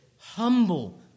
humble